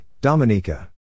Dominica